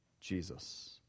Jesus